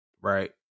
Right